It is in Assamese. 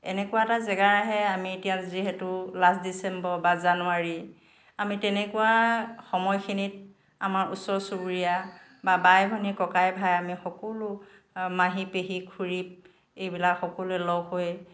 এনেকুৱা এটা জেগা আহে আমি এতিয়া যিহেতু লাষ্ট ডিচেম্বৰ বা জানুৱাৰী আমি তেনেকুৱা সময়খিনিত আমাৰ ওচৰ চুবুৰীয়া বা বাই ভনী ককাই ভাই আমি সকলো মাহী পেহী খুৰী এইবিলাক সকলোৱে লগ হৈ